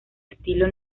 estilo